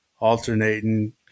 alternating